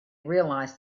realised